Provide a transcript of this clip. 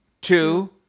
two